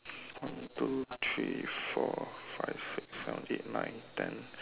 one two three four five six seven eight nine ten